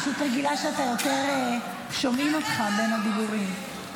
פשוט רגילה שיותר שומעים אותך בין הדיבורים.